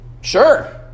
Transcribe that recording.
sure